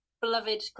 beloved